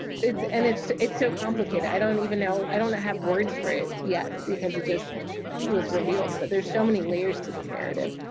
it's and it's it's so complicated i don't even know, i don't have words for it yet and because it just was revealed, but there's so many layers to this narrative.